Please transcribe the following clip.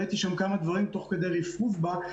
ראיתי כמה דברים תוך כדי רפרוף בה.